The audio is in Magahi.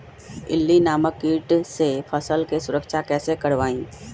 इल्ली नामक किट से फसल के सुरक्षा कैसे करवाईं?